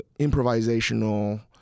improvisational